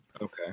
Okay